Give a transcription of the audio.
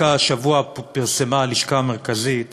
רק השבוע פרסמה הלשכה המרכזית